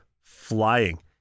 flying